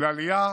ולעלייה